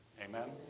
amen